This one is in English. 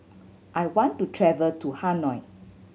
I want to travel to Hanoi